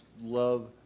love